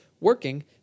working